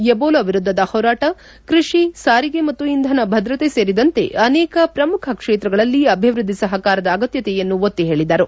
Ebola ವಿರುದ್ದದ ಹೋರಾಟ ಕೃಷಿ ಸಾರಿಗೆ ಮತ್ತು ಇಂಧನ ಭದ್ರತೆ ಸೇರಿದಂತೆ ಅನೇಕ ಪ್ರಮುಖ ಕ್ಷೇತ್ರಗಳಲ್ಲಿ ಅಭಿವೃದ್ಧಿ ಸಹಕಾರದ ಅಗತ್ಯತೆಯನ್ನು ಒತ್ತಿ ಹೇಳಿದರು